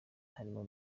harimo